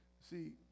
See